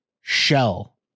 Shell